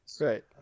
Right